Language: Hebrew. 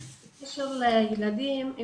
בקשר לילדים,